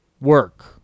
work